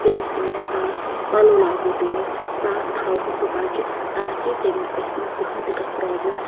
تٔمِس دِمو صاف پَلو لاگو تٔمِس صاف تھاہوٚن سُہ بَچہٕ تاکہِ تٔمِس گژھِ نہٕ زہنۍ تہِ کانہہ پروبلِم